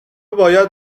باید